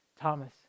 Thomas